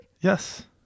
Yes